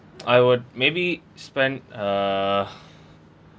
I would maybe spend uh